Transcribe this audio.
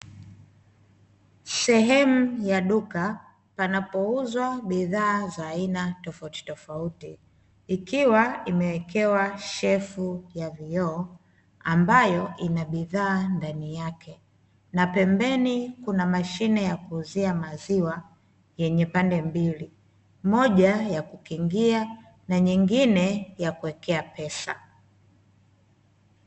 Sehemu ya duka, panapouzwa bidhaa za aina tofautitofauti, ikiwa imewekewa shelfu ya vioo, ambayo ina bidhaa ndani yake, na pembeni kuna mashine ya kuuzia maziwa, yenye pande mbili, moja ya kukingia na nyingine ya kuwekea pesa.